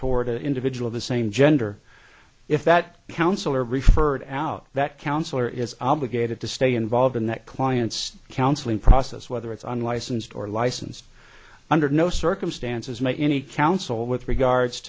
toward an individual the same gender if that counselor referred out that counselor is obligated to stay involved in that client's counseling process whether it's unlicensed or licensed under no circumstances make any counsel with regards